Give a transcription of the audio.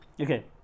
Okay